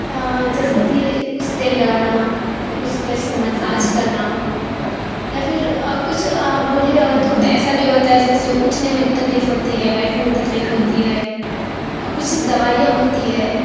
جیسے کہ کچھ تیل لگانا یا کچھ تیل سے مساج کرنا یا پھر کچھ بوڑھی عورت کو تو ایسا بھی ہوتا ہے جو کسے اٹھنے میں تکلیف ہوتی ہے بیٹھنے میں تکلیف ہوتی ہے کچھ دوائیاں ہوتی ہے